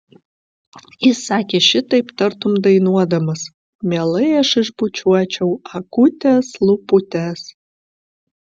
jis sakė šitaip tartum dainuodamas mielai aš išbučiuočiau akutes lūputes